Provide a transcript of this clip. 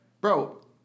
bro